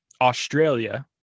australia